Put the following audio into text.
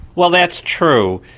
well that's true,